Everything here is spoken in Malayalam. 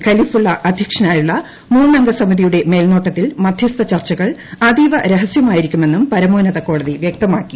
കലിഫുള്ള അധ്യക്ഷനായുള്ള മൂന്നംഗസമിതിയുടെ മേൽനോട്ടത്തിൽ മധ്യസ്ഥ ചർച്ചകൾ അതീവ രഹസ്യമായിരിക്കുമെന്നും പരമോന്നത കോടതി വ്യക്തമാക്കി